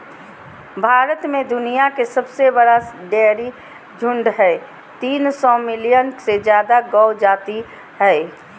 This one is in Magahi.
भारत में दुनिया के सबसे बड़ा डेयरी झुंड हई, तीन सौ मिलियन से जादे गौ जाती हई